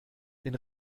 den